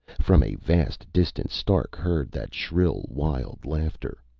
from a vast distance, stark heard that shrill, wild laughter.